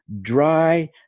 dry